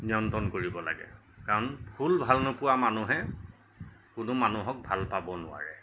নিয়ন্ত্ৰণ কৰিব লাগে কাৰণ ফুল ভাল নোপোৱা মানুহে কোনো মানুহক ভাল পাব নোৱাৰে